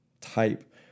type